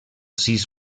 sis